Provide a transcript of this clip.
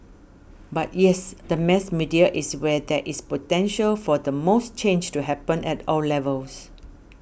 but yes the mass media is where there is potential for the most change to happen at all levels